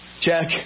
check